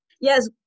Yes